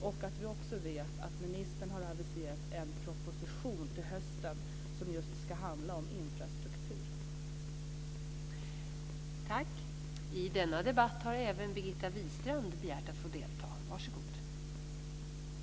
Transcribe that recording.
Vi vet också att ministern har aviserat en proposition till hösten som ska handla om infrastruktur.